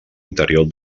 interior